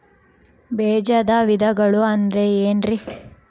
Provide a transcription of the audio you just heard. ಬೇಜದ ವಿಧಗಳು ಅಂದ್ರೆ ಏನ್ರಿ?